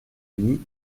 ami